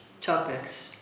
topics